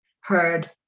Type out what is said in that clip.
heard